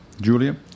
Julia